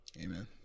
amen